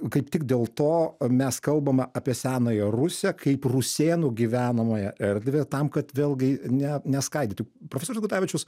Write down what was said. kaip tik dėl to mes kalbame apie senąją rusią kaip rusėnų gyvenamąją erdvę tam kad vėlgi ne neskaidyti profesorius gudavičius